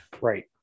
Right